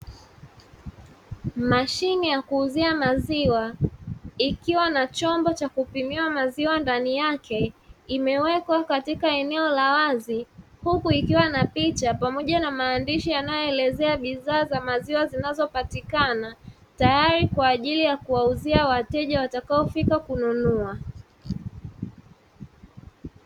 Mashine ya kuuzia maziwa ikiwa na chombo cha kupimia maziwa ndani yake, imewekwa katika eneo la wazi huku ikiwa na picha pamoja na maandishi yanayoelezea bidhaa za maziwa zinazopatikana, tayari kwa ajili ya kuwauzia wateja wataofika kununua.